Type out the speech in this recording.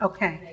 Okay